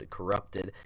Corrupted